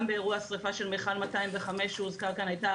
גם באירוע השריפה של מיכל 205 שהוזכר כאן הייתה